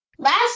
Last